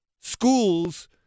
schools